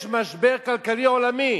יש משבר כלכלי עולמי.